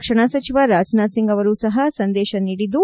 ರಕ್ಷಣಾ ಸಚಿವ ರಾಜನಾಥ್ ಸಿಂಗ್ ಅವರೂ ಸಹ ಸಂದೇಶ ನೀಡಿದ್ದು